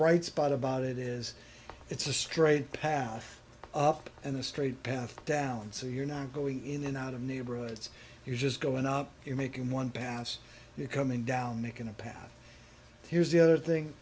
bright spot about it is it's a straight path up and a straight path down so you're not going in and out of neighborhoods you're just going up you're making one pass you're coming down making a path here's the other thing